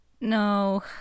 No